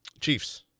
Chiefs